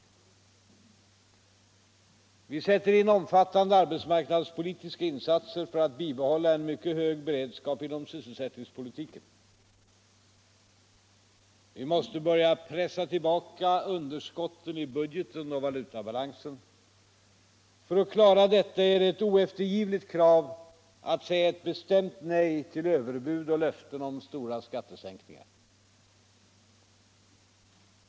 Vi sätter in omfattande arbetsmarknadspolitiska insatser för att bibehålla en mycket hög beredskap inom sysselsättningspolitiken. Vi måste börja pressa tillbaka underskotten i budgeten och valutabalansen. För att klara detta är det ett oeftergivligt krav att säga ett bestämt nej till överbud och löften om stora skattesänkningar.